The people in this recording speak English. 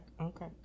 okay